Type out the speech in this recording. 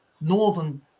Northern